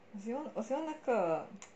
我喜欢喜欢那个